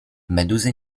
meduzy